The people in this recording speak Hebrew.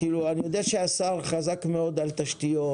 שהשר חזק מאוד על תשתיות,